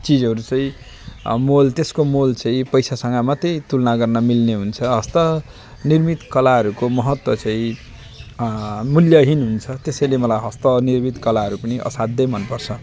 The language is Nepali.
चिजहरू चाहिँ मोल त्यसको मोल चाहिँ पैसासँग मात्रै तुलना गर्नमिल्ने हुन्छ हस्तनिर्मित कलाहरूको महत्त्व चाहिँ मूल्यहीन हुन्छ त्यसैले मलाई हस्तनिर्मित कलाहरू पनि असाध्यै मनपर्छ